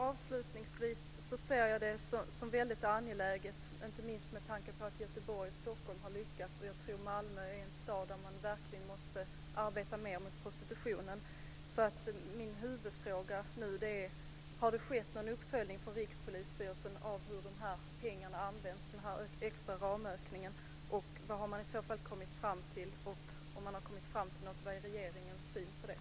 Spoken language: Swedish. Avslutningsvis ser jag det som väldigt angeläget, inte minst med tanke på att Göteborg och Stockholm har lyckats, att Malmö är en stad där man verkligen arbetar mer mot prostitutionen. Min huvudfråga nu är: Har det skett någon uppföljning från Rikspolisstyrelsen av hur de här pengarna, den extra ramökningen, används? Vad har man i så fall kommit fram till? Om man har kommit fram till något, vad är regeringens syn på det?